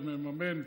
שמממן,